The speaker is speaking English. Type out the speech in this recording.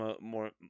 more